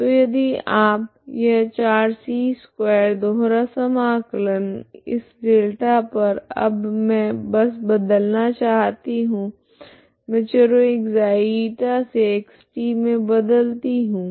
तो यदि आप यह 4c2 दोहरा समाकलन इस डेल्टा पर अब मैं बस बदलना चाहती हूँ मैं चरों ξ η से xt मे बदलती हूँ